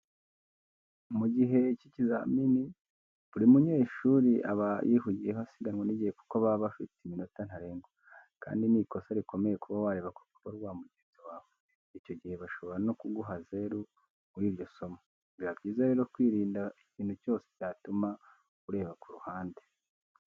Mu gihe cy'ibizamini buri mu nyeshuri aba yihugiyeho asiganwa n'igihe kuko baba bafite iminota ntarengwa, kandi ni n'ikosa rikomeye kuba wareba ku rupapuro rwa mugenzi wawe, icyo gihe bashobora no ku guha zeru muri iryo somo. Biba byiza rero kwirinda ikintu cyose cyatuma ureba ku ruhande.